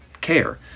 Care